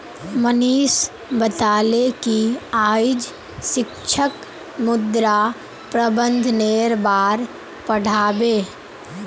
मनीष बताले कि आइज शिक्षक मृदा प्रबंधनेर बार पढ़ा बे